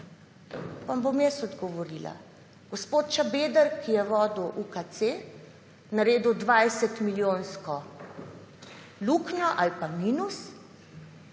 Vam bom jaz odgovorila. Gospod Šabeder, ki je vodil UKC, naredil 20 milijonsko luknjo ali minus